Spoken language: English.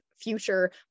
future